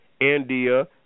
India